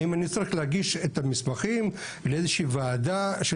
האם אני צריך להגיש את המסמכים לאיזושהי ועדה של